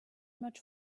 much